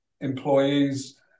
employees